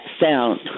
sound